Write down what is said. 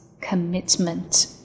commitment